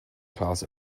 class